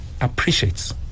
appreciates